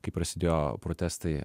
kai prasidėjo protestai